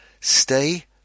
stay